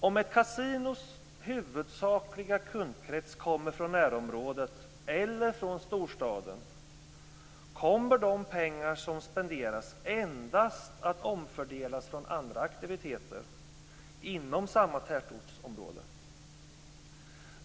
Om ett kasinos huvudsakliga kundkrets kommer från närområdet eller från storstaden, kommer de pengar som spenderas endast att omfördelas från andra aktiviteter inom samma tätortsområde.